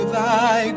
thy